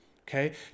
Okay